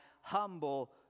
humble